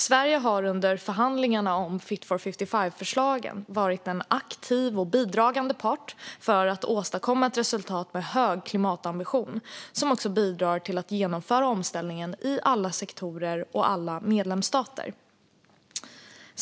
Sverige har under förhandlingarna om Fit for 55-förslagen varit en aktiv och bidragande part för att åstadkomma ett resultat med hög klimatambition som bidrar till att genomföra omställningen i alla sektorer och alla medlemsstater.